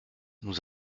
nous